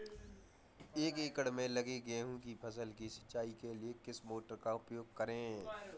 एक एकड़ में लगी गेहूँ की फसल की सिंचाई के लिए किस मोटर का उपयोग करें?